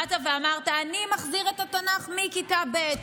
באת ואמרת: אני מחזיר את התנ"ך, מכיתה ב'.